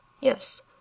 yes